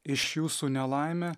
iš jūsų nelaimę